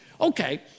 Okay